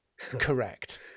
Correct